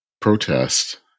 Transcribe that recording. protest